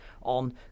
on